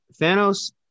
Thanos